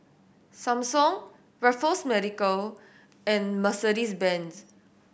Samsung Raffles Medical and Mercedes Benz